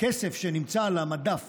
"כסף שנמצא על המדף